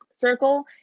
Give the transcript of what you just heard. circle